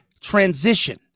transition